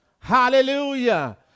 Hallelujah